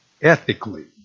ethically